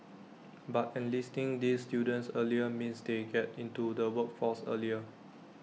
but enlisting these students earlier means they get into the workforce earlier